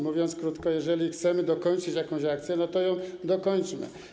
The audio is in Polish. Mówiąc krótko, jeżeli chcemy dokończyć jakąś akcję, to ją dokończmy.